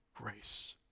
grace